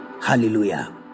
hallelujah